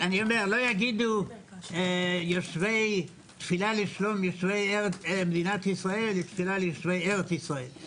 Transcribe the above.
לא יגידו תפילה לשלום מדינת ישראל - תפילה ליושבי ארץ ישראל.